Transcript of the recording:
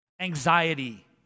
anxiety